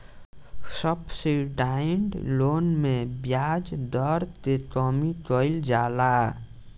subsidised loan में ब्याज दर के कमी कइल जाला